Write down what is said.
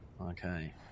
okay